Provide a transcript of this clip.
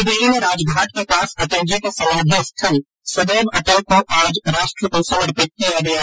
नई दिल्ली में राजघाट के पास अटल जी के समाधि स्थल सदैव अटल को आज राष्ट्र को समर्पित किया गया